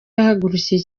yahagurukiye